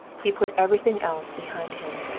he put everything else behind him.